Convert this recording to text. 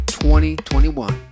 2021